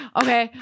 okay